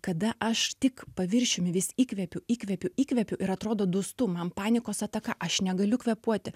kada aš tik paviršiumi vis įkvepiu įkvepiu įkvepiu ir atrodo dūstu man panikos ataka aš negaliu kvėpuoti